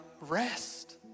rest